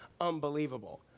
unbelievable